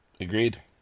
Agreed